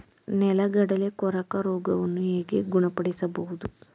ನೆಲಗಡಲೆ ಕೊರಕ ರೋಗವನ್ನು ಹೇಗೆ ಗುಣಪಡಿಸಬಹುದು?